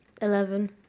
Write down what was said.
Eleven